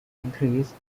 increase